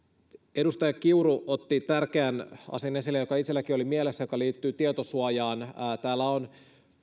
edustaja kiuru otti tärkeän asian esille joka itselläkin oli mielessä joka liittyy tietosuojaan täällä on